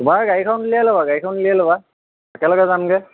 তোমাৰ গাড়ীখন ওলিয়াই ল'বা গাড়ীখন ওলিয়াই ল'বা একেলগে যাম গৈ